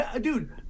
dude